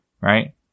Right